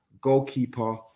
goalkeeper